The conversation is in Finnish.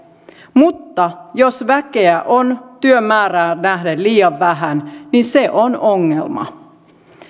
mutta jos väkeä on työn määrään nähden liian vähän niin se on ongelma